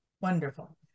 Wonderful